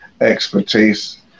expertise